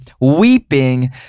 weeping